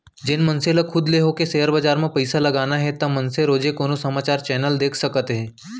जेन मनसे ल खुद ले होके सेयर बजार म पइसा लगाना हे ता मनसे रोजे कोनो समाचार चैनल देख सकत हे